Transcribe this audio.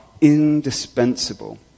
indispensable